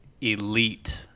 elite